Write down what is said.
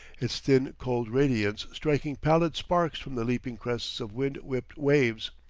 its thin cold radiance striking pallid sparks from the leaping crests of wind-whipped waves.